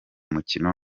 mukino